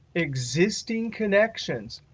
existing connections.